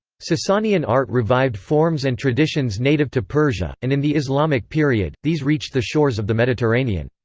sasanian art revived forms and traditions native to persia, and in the islamic period, these reached the shores of the mediterranean.